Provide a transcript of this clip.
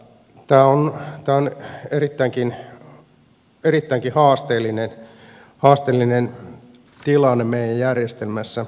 tämä on erittäinkin haasteellinen tilanne meidän järjestelmässämme